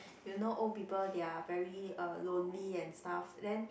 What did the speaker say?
you know old people they are very uh lonely and stuff then